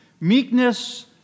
Meekness